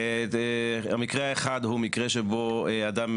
המקרה האחד הוא מקרה שבו אדם